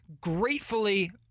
gratefully